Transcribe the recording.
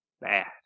bad